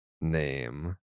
name